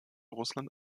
russland